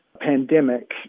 pandemic